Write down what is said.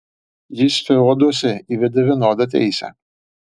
jis feoduose įvedė vienodą teisę